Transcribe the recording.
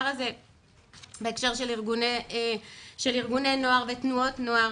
בהקשר של ארגוני נוער ותנועות נוער,